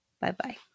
Bye-bye